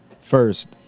first